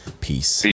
Peace